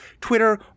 twitter